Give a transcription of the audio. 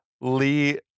Lee